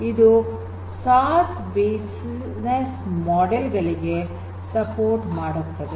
ಇದು SaaS business model ಗಳಿಗೆ support ಮಾಡುತ್ತದೆ